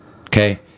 okay